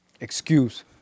excuse